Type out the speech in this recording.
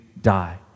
die